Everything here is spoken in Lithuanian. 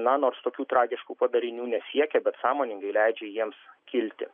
na nors tokių tragiškų padarinių nesiekia bet sąmoningai leidžiu jiems kilti